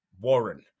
Warren